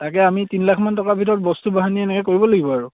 তাকে আমি তিন লাখমান টকাৰ ভিতৰত বস্তু বাহানি এনেকে কৰিব লাগিব আৰু